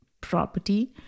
property